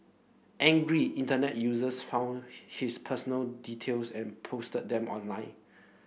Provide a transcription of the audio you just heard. angry Internet users found his personal details and posted them online